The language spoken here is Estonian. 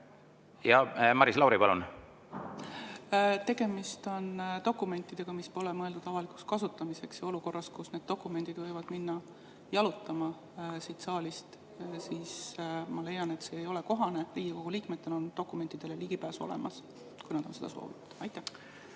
Maris Lauri, palun! Tegemist on dokumentidega, mis pole mõeldud avalikuks kasutamiseks, ja olukorras, kus need dokumendid võivad minna siit saalist jalutama, ma leian, et see ei ole kohane. Riigikogu liikmetel on dokumentidele ligipääs olemas, kui nad seda soovivad.